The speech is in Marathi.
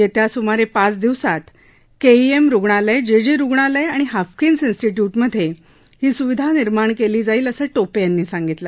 येत्या सुमारे पाच दिवसात केईएम रुग्णालय जेजे रुग्णालय आणि हाफकिन्स इन्स्टिट्यूटमध्ये ही स्विधा निर्माण केली जाईल असं टोपे यांनी सांगितलं